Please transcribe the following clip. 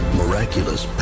miraculous